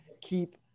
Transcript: keep